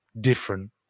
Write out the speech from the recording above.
different